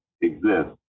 exist